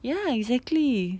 ya exactly